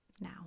now